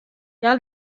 hja